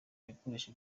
ibikoresho